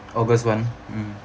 august one mm